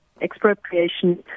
expropriation